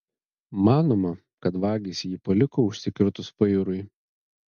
manoma kad vagys jį paliko užsikirtus vairui